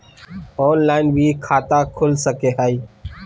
Online भी खाता खूल सके हय?